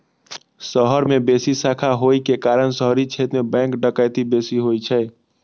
शहर मे बेसी शाखा होइ के कारण शहरी क्षेत्र मे बैंक डकैती बेसी होइ छै